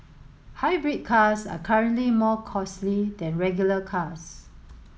hybrid cars are currently more costly than regular cars